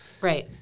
Right